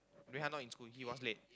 Wei-Han not in school he was late